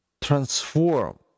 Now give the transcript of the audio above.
transform